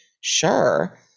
sure